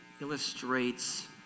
illustrates